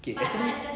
okay actually